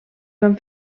van